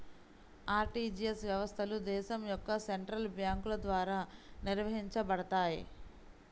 RTGS వ్యవస్థలు దేశం యొక్క సెంట్రల్ బ్యేంకుల ద్వారా నిర్వహించబడతయ్